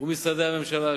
וממשרדי הממשלה השונים,